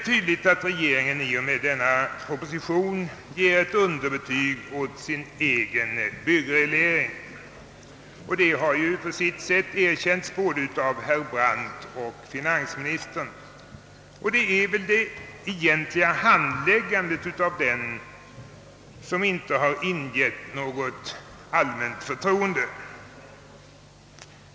Tydligt är att regeringen i och med denna proposition ger ett underbetyg åt sin egen byggnadsreglering. På sitt sätt har detta erkänts både av herr Brandt och av finansministern. Det är väl närmast handläggandet av byggnadsregleringen som inte har ingivit något allmänt förtroende.